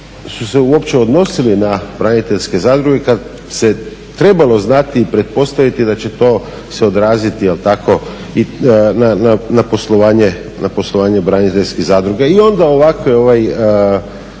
su se uopće odnosile na braniteljske zadruge kada se trebalo znati i pretpostaviti da će to se odraziti je li tako i na poslovanje braniteljskih zadruga. I onda ovakve